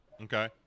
okay